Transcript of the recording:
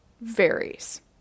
varies